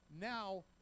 Now